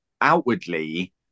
outwardly